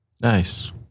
Nice